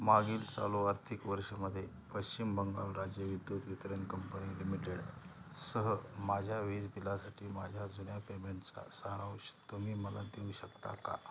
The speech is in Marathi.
मागील चालू आर्थिक वर्षमध्ये पश्चिम बंगाल राज्य विद्युत वितरण कंपनी लिमिटेडसह माझ्या वीज बिलासाठी माझ्या जुन्या पेमेंटचा सारांश तुम्ही मला देऊ शकता का